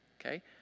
Okay